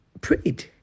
prayed